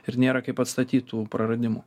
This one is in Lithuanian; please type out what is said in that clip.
ir nėra kaip atstatyt tų praradimų